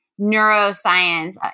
neuroscience